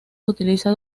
utiliza